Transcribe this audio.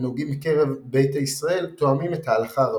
הנהוגים בקרב ביתא ישראל תואמים את ההלכה הרבנית.